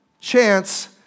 chance